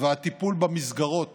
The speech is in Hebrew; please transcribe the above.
והטיפול במסגרות